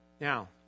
Now